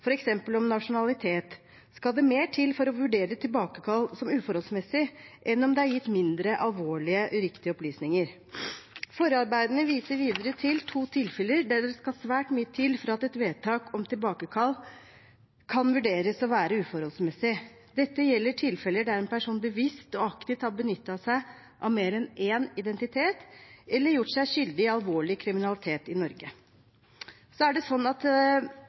om nasjonalitet, skal det mer til for å vurdere tilbakekall som uforholdsmessig enn om det er gitt mindre alvorlig uriktige opplysninger. Forarbeidene viser videre til to tilfeller der det skal svært mye til for at et vedtak om tilbakekall kan vurderes å være uforholdsmessig. Dette gjelder tilfeller der en person bevisst og aktivt har benyttet seg av mer enn én identitet eller gjort seg skyldig i alvorlig kriminalitet.